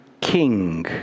king